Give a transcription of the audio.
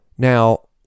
Now